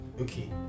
Okay